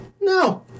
no